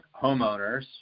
homeowners